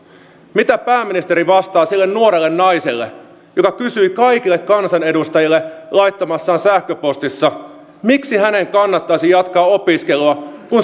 mitä pääministeri vastaa sille nuorelle naiselle joka kysyi kaikille kansanedustajille laittamassaan sähköpostissa miksi hänen kannattaisi jatkaa opiskelua kun